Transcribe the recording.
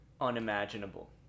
unimaginable